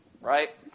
right